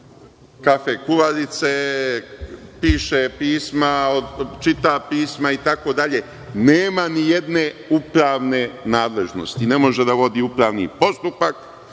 kafe kuvarice, piše pisma, čita pisma itd, nema ni jedne upravne nadležnosti, ne može da vodi upravni postupak,